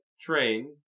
train